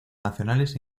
nacionales